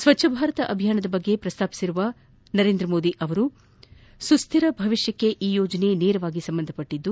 ಸ್ವಚ್ಚ ಭಾರತ ಅಭಿಯಾನದ ಬಗ್ಗೆ ಪ್ರಸ್ತಾಪಿಸಿದ ನರೇಂದ್ರ ಮೋದಿ ಅವರು ಸುಸ್ದಿರ ಭವಿಷ್ಯಕ್ಕೆ ಈ ಯೋಜನೆ ನೇರವಾಗಿ ಸಂಬಂಧಿಸಿದೆ